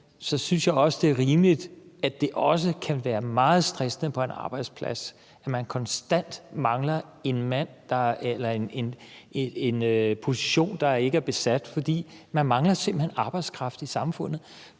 så synes jeg også, det er rimeligt at sige, at det også kan være meget stressende på en arbejdsplads, at man konstant mangler en position, der ikke er besat; for man mangler simpelt hen arbejdskraft i samfundet.